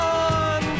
on